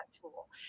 tool